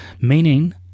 meaning